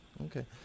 Okay